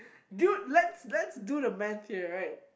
dude let's let's do the Math right